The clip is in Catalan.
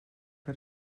que